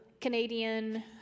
Canadian